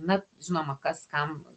na žinoma kas kam